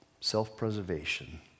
self-preservation